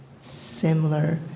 similar